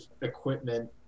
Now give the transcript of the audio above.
equipment